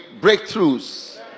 breakthroughs